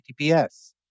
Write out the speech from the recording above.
HTTPS